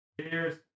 Cheers